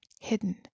hidden